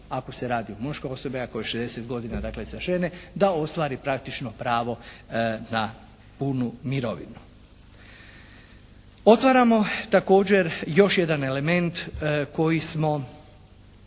ako se radi muške osobe ako je, 60 dakle za žene da ostvari praktično pravo na punu mirovinu. Otvaramo također još jedan element koji smo,